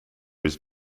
his